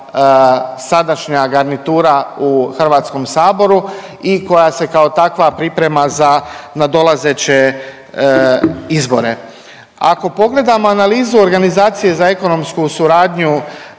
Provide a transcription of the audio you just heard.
sadašnja garnitura u Hrvatskom saboru i koja se kao takva priprema za nadolazeće izbore. Ako pogledamo analizu organizacije za ekonomsku suradnju